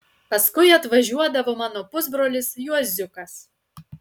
paskui atvažiuodavo mano pusbrolis juoziukas